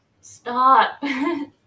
stop